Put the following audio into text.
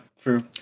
true